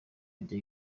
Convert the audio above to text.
rya